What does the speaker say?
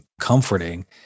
comforting